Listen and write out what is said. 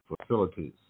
facilities